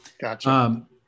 Gotcha